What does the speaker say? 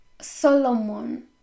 Solomon